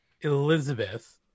Elizabeth